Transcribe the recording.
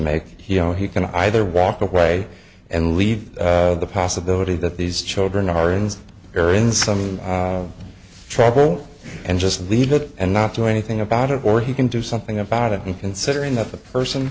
make you know he can either walk away and leave the possibility that these children are ins or in some trouble and just leave it and not do anything about it or he can do something about it and considering that the person